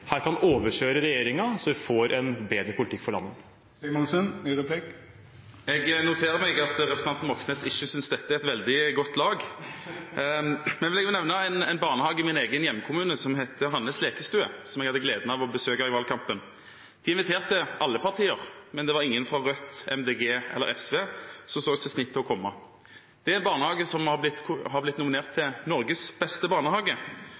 her kan overkjøre regjeringen, slik at vi får en bedre politikk for landet. Jeg noterer meg at representanten Moxnes ikke synes dette er et veldig godt lag. Jeg vil nevne en barnehage i min egen hjemkommune som heter Hannes Lekestue, som jeg hadde gleden av å besøke i valgkampen. De inviterte alle partier, men det var ingen fra Rødt, MDG eller SV som så sitt snitt til å komme. Det er en barnehage som har blitt nominert til Norges beste barnehage.